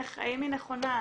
האם היא נכונה,